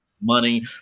money